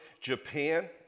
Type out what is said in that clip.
Japan